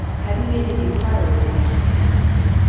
have you made any inquiry of him? asked neale.